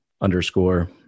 underscore